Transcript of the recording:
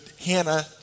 Hannah